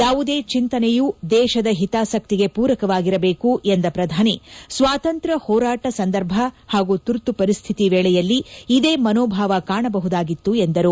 ಯಾವುದೇ ಚಿಂತನೆಯು ದೇಶದ ಹಿತಾಸಕ್ತಿಗೆ ಪೂರಕವಾಗಿರಬೇಕು ಎಂದ ಪ್ರಧಾನಿ ಸ್ವಾತಂತ್ರ್ಯ ಹೋರಾಟ ಸಂದರ್ಭ ಹಾಗೂ ತುರ್ತು ಪರಿಸ್ಲಿತಿ ವೇಳೆಯಲ್ಲಿ ಇದೇ ಮನೋಭಾವ ಕಾಣಬಹುದಾಗಿತ್ತು ಎಂದರು